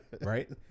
right